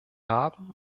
haben